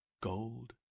gold